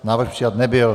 Návrh přijat nebyl.